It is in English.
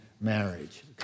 marriage